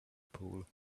pool